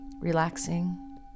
Relaxing